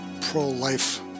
Pro-Life